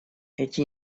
эти